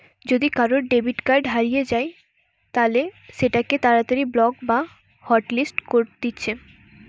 যদি কারুর debit card হারিয়ে যায় তালে সেটোকে তাড়াতাড়ি ব্লক বা হটলিস্ট করতিছে